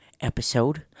episode